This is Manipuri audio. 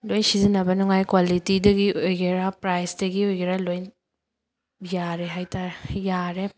ꯂꯣꯏ ꯁꯤꯖꯤꯟꯅꯕ ꯅꯨꯡꯉꯥꯏ ꯀ꯭ꯋꯥꯂꯤꯇꯤꯗꯒꯤ ꯑꯣꯏꯒꯦꯔꯥ ꯄ꯭ꯔꯥꯖꯇꯒꯤ ꯑꯣꯏꯒꯦꯔꯥ ꯂꯣꯏ ꯌꯥꯔꯦ ꯍꯥꯏ ꯇꯥꯔꯦ ꯌꯥꯔꯦ